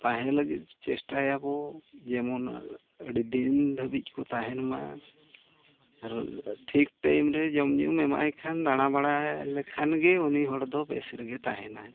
ᱛᱟᱦᱮᱸ ᱞᱟᱹᱜᱤᱫ ᱪᱮᱥᱴᱟᱭᱟ ᱵᱚ ᱡᱮᱢᱚᱱ ᱟᱹᱰᱤ ᱫᱤᱱ ᱫᱷᱟᱹᱵᱤᱡ ᱠᱚ ᱛᱟᱦᱮᱱᱢᱟ ᱟᱨᱚ ᱴᱷᱤᱠ ᱨᱮ ᱡᱚᱢᱼᱧᱩᱢ ᱮᱢᱟᱭ ᱠᱷᱟᱱ ᱫᱟᱬᱟᱼᱵᱟᱲᱟ ᱞᱮᱠᱷᱟᱱ ᱜᱮ ᱩᱱᱤ ᱦᱚᱲᱫᱚ ᱵᱮᱥ ᱨᱮᱜᱮ ᱛᱟᱦᱮᱱᱟᱭ